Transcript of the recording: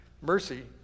Mercy